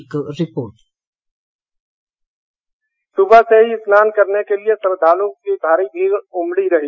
एक रिपोर्ट सुबह से ही स्नान के लिए श्रद्वालुओं की भारी भीड़ उमड़ी रही